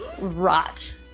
rot